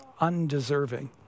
undeserving